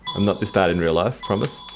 not this bad in real life, promise.